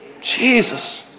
Jesus